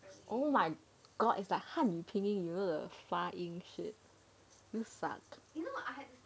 oh my god it's like 汉语拼音 you know the 发音 you suck